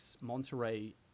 Monterey